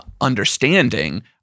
understanding